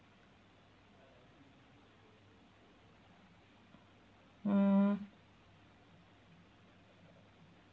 mm